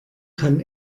kann